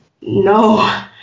no